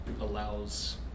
allows